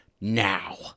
now